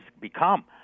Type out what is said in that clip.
become